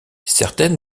certaines